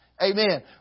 Amen